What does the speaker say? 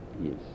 Yes